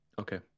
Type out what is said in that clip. Okay